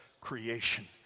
creation